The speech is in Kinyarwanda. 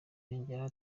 yongeraho